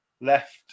left